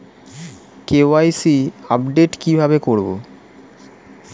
KYC update কি ভাবে করবো?